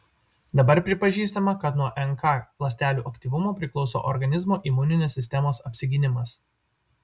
dabar pripažįstama kad nuo nk ląstelių aktyvumo priklauso organizmo imuninės sistemos apsigynimas